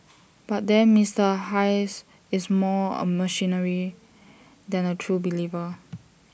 but then Mister Hayes is more A mercenary than A true believer